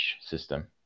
system